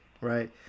right